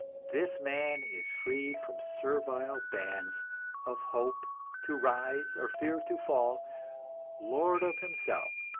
this man is freed from servile bands of hope to rise, or fear to fall lord of himself,